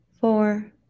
four